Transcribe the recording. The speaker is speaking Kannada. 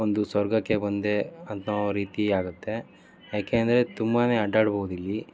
ಒಂದು ಸ್ವರ್ಗಕ್ಕೆ ಬಂದೆ ಅನ್ನೋ ರೀತಿ ಆಗುತ್ತೆ ಯಾಕೆ ಅಂದರೆ ತುಂಬಾ ಅಡ್ಡಾಡ್ಬೌದು ಇಲ್ಲಿ